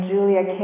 Julia